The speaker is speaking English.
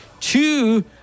Two